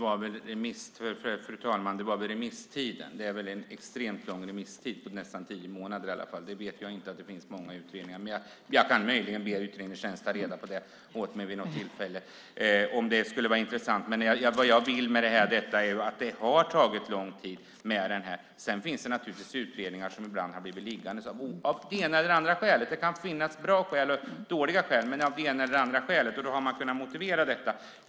Fru talman! Det var remisstiden. Det är väl en extremt lång remisstid på nästan tio månader. Jag tror inte att det finns många sådana utredningar. Jag kan möjligen be utredningstjänsten ta reda på det åt mig vid något tillfälle om det skulle vara intressant. Vad jag vill säga med detta är att det har tagit lång tid. Det finns naturligtvis utredningar som har blivit liggande av ena eller andra skälet. Det kan finnas bra skäl och dåliga skäl. Då har man kunnat motivera detta.